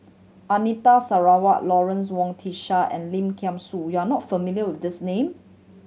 Anita Sarawak Lawrence Wong Shyun Tsai and Lim Kay Siu you are not familiar with these name